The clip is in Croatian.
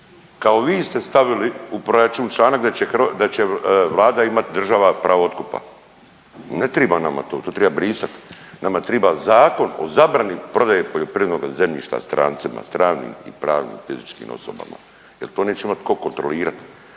Kao vi ste stavili u proračun članak da će, da će Vlada imat, država pravo otkupa. Ne triba nam to, to triba brisat, nama triba Zakon o zabrani prodaje poljoprivrednoga zemljišta strancima, stranim i pravnim i fizičkim osobama jel to neće imat ko kontrolirat,